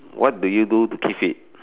what do you do to keep fit